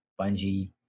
Bungie